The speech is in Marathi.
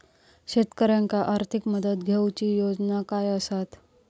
शेतकऱ्याक आर्थिक मदत देऊची योजना काय आसत?